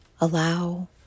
Allow